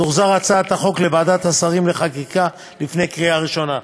תוחזר הצעת החוק לוועדת השרים לחקיקה לפני קריאה ראשונה.